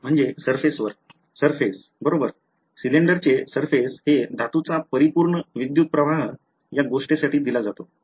surface बरोबर cylinder चे surface हे धातूचा परिपूर्ण विद्युत प्रवाह या गोष्टीसाठी दिला जातो